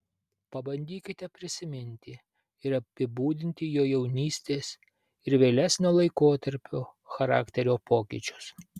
pabandykite prisiminti ir apibūdinti jo jaunystės ir vėlesnio laikotarpio charakterio pokyčius